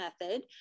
method